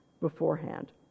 beforehand